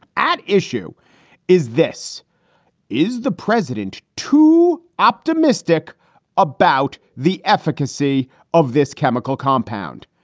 at issue is this is the president too optimistic about the efficacy of this chemical compound?